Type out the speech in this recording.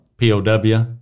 POW